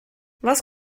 was